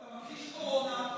אתה מכחיש קורונה.